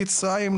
מצריים,